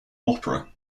opera